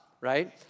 right